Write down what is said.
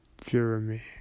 Jeremy